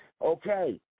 Okay